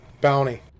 bounty